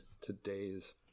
today's